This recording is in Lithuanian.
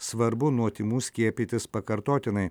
svarbu nuo tymų skiepytis pakartotinai